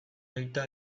aita